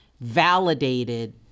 validated